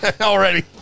Already